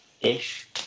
ish